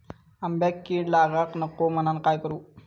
आंब्यक कीड लागाक नको म्हनान काय करू?